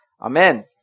Amen